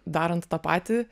darant tą patį